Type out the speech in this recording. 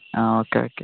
ആ okay okay